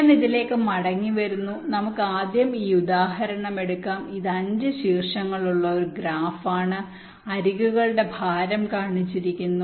ഞാൻ ഇതിലേക്ക് മടങ്ങിവരുന്നു നമുക്ക് ആദ്യം ഈ ഉദാഹരണം എടുക്കാം ഇത് 5 ശീർഷങ്ങളുള്ള ഒരു ഗ്രാഫ് ആണ് അരികുകളുടെ ഭാരം കാണിച്ചിരിക്കുന്നു